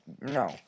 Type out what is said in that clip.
no